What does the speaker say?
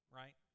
right